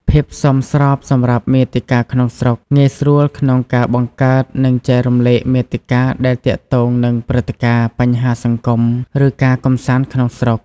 ភាពសមស្របសម្រាប់មាតិកាក្នុងស្រុក ងាយស្រួលក្នុងការបង្កើត និងចែករំលែកមាតិកាដែលទាក់ទងនឹងព្រឹត្តិការណ៍ បញ្ហាសង្គម ឬការកម្សាន្តក្នុងស្រុក។